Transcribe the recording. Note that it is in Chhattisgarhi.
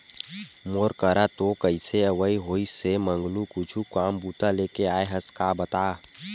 मोर करा तोर कइसे अवई होइस हे मंगलू कुछु काम बूता लेके आय हस का बता?